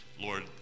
Lord